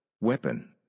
weapon